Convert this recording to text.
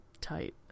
tight